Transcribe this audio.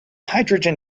hydrogen